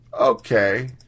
Okay